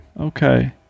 Okay